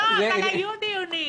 אבל היו דיונים.